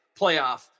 playoff